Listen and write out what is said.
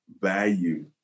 value